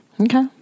Okay